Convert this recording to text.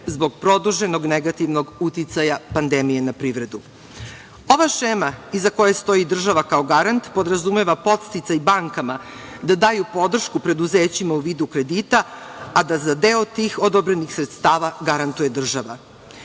zbog produženog negativnog uticaja pandemije na privredu. Ova šema iza koje stoji država kao garant podrazumeva podsticaj bankama da daju podršku preduzećima u vidu kredita, a da za deo tih odobrenih sredstava garantuje